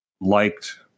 liked